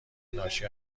ناشی